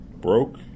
broke